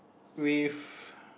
with